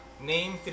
Name